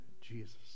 Jesus